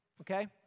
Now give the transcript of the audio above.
okay